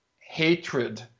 hatred